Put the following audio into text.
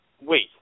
wait